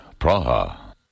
Praha